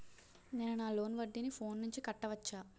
నేను నా లోన్ వడ్డీని ఫోన్ నుంచి కట్టవచ్చా?